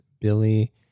Billy